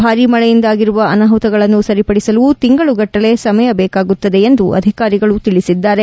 ಭಾರಿ ಮಳೆಯಿಂದಾಗಿರುವ ಅನಾಹುತಗಳನ್ನು ಸರಿಪಡಿಸಲು ತಿಂಗಳುಗಟ್ಟಲೆ ಸಮಯ ಬೇಕಾಗುತ್ತದೆ ಎಂದು ಅಧಿಕಾರಿಗಳು ತಿಳಿಸಿದ್ದಾರೆ